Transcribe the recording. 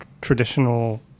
traditional